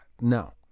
No